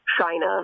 China